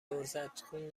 عرضت؛ خون